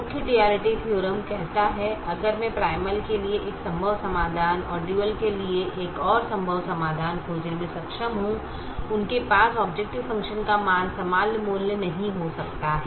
मुख्य duality theorem कहता है अगर मैं प्राइमल के लिए एक संभव समाधान और डुअल के लिए एक और संभव समाधान खोजने में सक्षम हूं उनके पास ऑबजेकटिव फ़ंक्शन का समान मूल्य नहीं हो सकता है